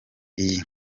iyi